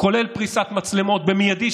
כולל פריסת מצלמות במיידי.